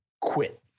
quit